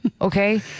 okay